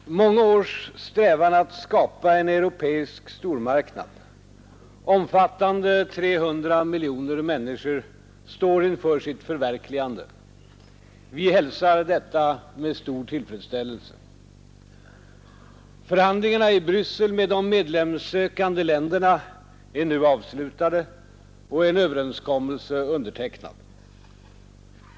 Herr talman! Många års strävan att skapa en europeisk stormarknad omfattande 300 miljoner människor står inför sitt förverkligande. Vi hälsar detta med stor tillfredsställelse. Förhandlingarna i Bryssel med de medlemssökande länderna är nu avslutade och en överenskommelse undertecknad.